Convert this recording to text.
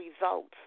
results